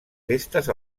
festes